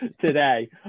today